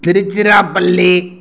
Tiruchirappalli